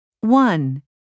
One